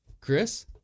Chris